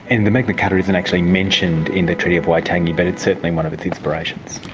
and the magna carta isn't actually mentioned in the treaty of waitangi but it's certainly one of its inspirations.